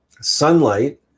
Sunlight